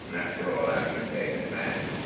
after all, i have been paid in advance.